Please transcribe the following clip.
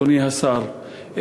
אדוני השר,